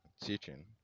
teaching